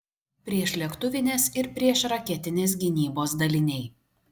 priešlėktuvinės ir priešraketinės gynybos daliniai